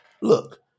Look